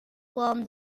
from